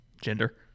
Gender